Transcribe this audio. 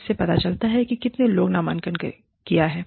इससे पता चलता है इतने लोगों ने नामांकन किया है